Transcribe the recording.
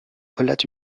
relate